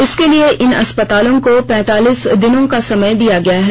इसके लिए इन अस्पतालों को पैंतालीस दिनों का समय दिया गया है